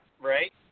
right